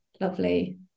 lovely